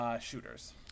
shooters